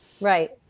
Right